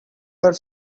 are